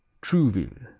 trouville